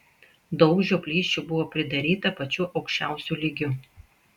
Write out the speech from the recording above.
daug žioplysčių buvo pridaryta pačiu aukščiausiu lygiu